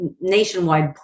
nationwide